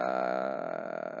uh